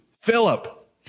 Philip